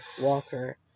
Walker